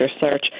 search